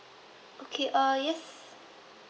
okay uh yes